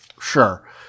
Sure